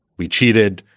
we cheated,